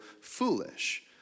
foolish